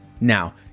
Now